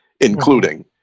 including